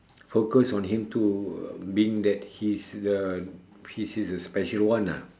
focused on him too uh being that he is the he is the special one lah